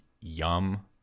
yum